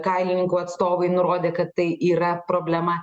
kailininkų atstovai nurodė kad tai yra problema